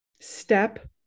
step